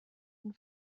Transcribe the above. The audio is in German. ihn